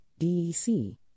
DEC